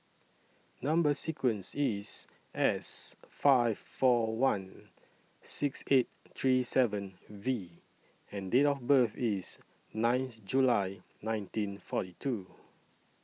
Number sequence IS S five four one six eight three seven V and Date of birth IS ninth July nineteen forty two